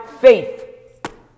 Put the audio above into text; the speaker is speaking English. faith